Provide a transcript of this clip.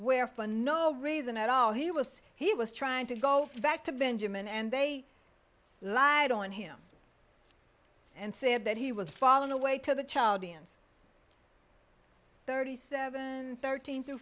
where for no reason at all he was he was trying to go back to benjamin and they lied on him and said that he was fallen away to the child eons thirty seven thirteen t